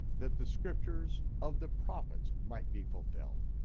that the scriptures of the prophets might be fulfilled.